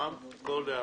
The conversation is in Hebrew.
בכפוף לתיקונים,